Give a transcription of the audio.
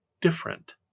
different